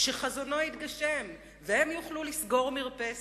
שלכשיתגשם חזונו הם יוכלו לסגור מרפסת.